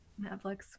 Netflix